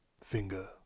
Finger